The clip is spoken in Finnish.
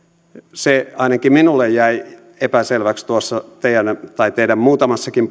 se ainakin minulle jäi epäselväksi tuossa teidän puheenvuorossanne tai teidän muutamassakin